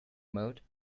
mode